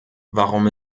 warum